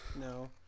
no